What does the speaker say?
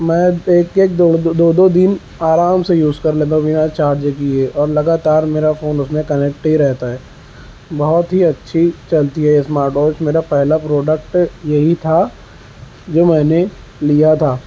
میں ایک ایک ڈیڑھ دو دو دن آرام سے یوز کر لیتا ہوں بنا چارج کیے اور لگاتار میرا فون اس میں کنیکٹ ہی رہتا ہے بہت ہی اچھی چلتی ہے اسمارٹ واچ میرا پہلا پروڈکٹ یہی تھا جو میں نے لیا تھا